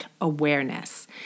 awareness